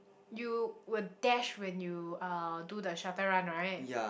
you would dash when you uh do the shuttle run right